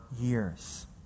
years